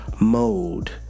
mode